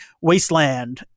Wasteland